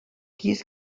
dies